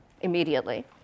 immediately